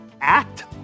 act